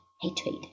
hatred